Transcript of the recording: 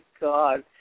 god